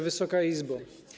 Wysoka Izbo!